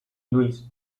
luis